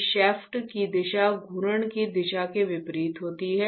इस शाफ्ट की दिशा घूर्णन की दिशा के विपरीत होती है